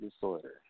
disorder